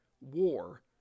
war